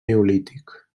neolític